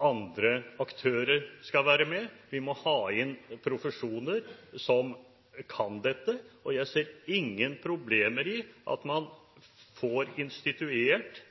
Andre aktører skal være med. Vi må ha inn profesjoner som kan dette. Jeg ser ingen problemer med at man får instituert